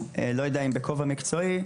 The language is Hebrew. לא יודע אם בכובע מקצועי,